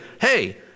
hey